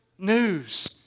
News